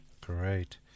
Great